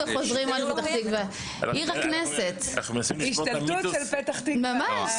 אתה עשית את הצעד הקלאסי של להגיד למה אתם